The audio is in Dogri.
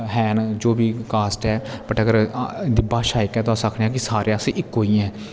है न जो बी कास्ट ऐ बट अगर भाशा इक ऐ तां अस आखने अस सारे इक्को ऐ